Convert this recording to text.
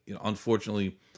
unfortunately